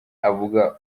avuga